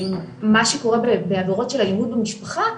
מה שקורה בעבירות של אלימות במשפחה,